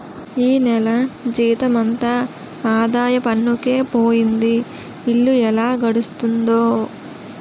ఈ నెల జీతమంతా ఆదాయ పన్నుకే పోయింది ఇల్లు ఎలా గడుస్తుందో